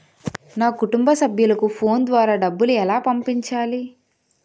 నా కుటుంబ సభ్యులకు ఫోన్ ద్వారా డబ్బులు ఎలా పంపించాలి?